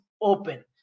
open